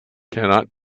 cannot